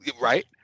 Right